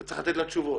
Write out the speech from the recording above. וצריך לתת לה תשובות.